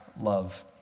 love